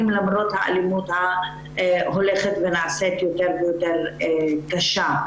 למרות האלימות שהולכת ונעשית יותר ויותר קשה.